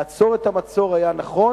לעצור את המשט היה נכון.